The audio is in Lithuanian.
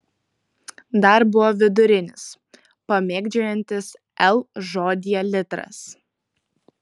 dar buvo vidurinis pamėgdžiojantis l žodyje litras